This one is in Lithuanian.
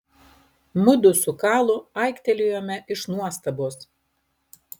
mudu su kalu aiktelėjome iš nuostabos